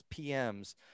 PMs